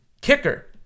Kicker